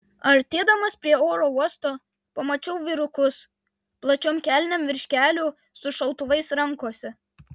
artėdamas prie oro uosto pamačiau vyrukus plačiom kelnėm virš kelių su šautuvais rankose